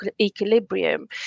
equilibrium